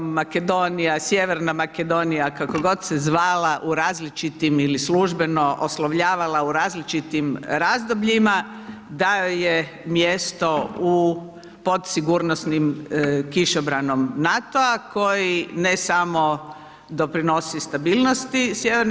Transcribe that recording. Makedonija, Sjeverna Makedonija, kako god se zvala, u različitim ili službeno oslovljavala u različitim razdobljima, da joj je mjesto u pod sigurnosnim kišobranom NATO-a koji ne samo doprinosi stabilnosti Sj.